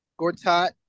Gortat